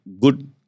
good